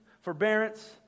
forbearance